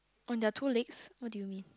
on their two legs what do you mean